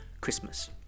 Christmas